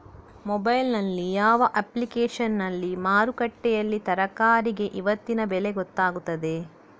Mobile ನಲ್ಲಿ ಯಾವ ಅಪ್ಲಿಕೇಶನ್ನಲ್ಲಿ ಮಾರುಕಟ್ಟೆಯಲ್ಲಿ ತರಕಾರಿಗೆ ಇವತ್ತಿನ ಬೆಲೆ ಗೊತ್ತಾಗುತ್ತದೆ?